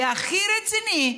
והכי רציני,